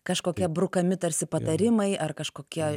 kažkokie brukami tarsi patarimai ar kažkokie